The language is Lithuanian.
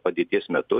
padėties metu